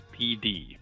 PD